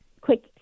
quick